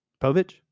Povich